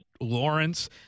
Lawrence